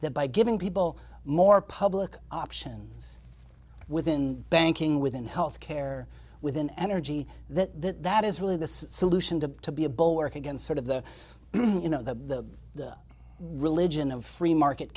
that by giving people more public option within banking within health care within energy that that is really the solution to be a bulwark against sort of the you know the religion of free market